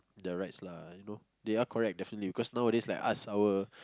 the rights lah you know they are correct definitely cause nowadays like arts our